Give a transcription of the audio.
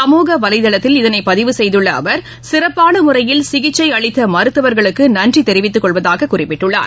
சமூக வலைதளத்தில் இதனைபதிவு செய்துள்ளஅவர் சிறப்பானமுறையில் சிகிச்சைஅளித்தமருத்துவர்களுக்குநன்றிதெரிவித்துக்கொள்வதாககுறிப்பிட்டுள்ளார்